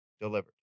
delivered